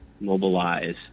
mobilize